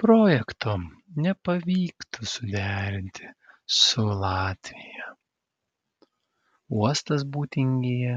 projekto nepavyktų suderinti su latvija uostas būtingėje